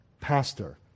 pastor